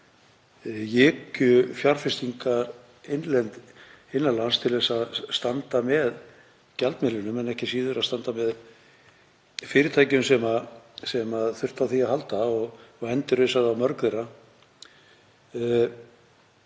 juku fjárfestingar innan lands til að standa með gjaldmiðlinum en ekki síður að standa með fyrirtækjum sem þurftu á því að halda og endurreisa þá mörg þeirra.